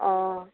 অঁ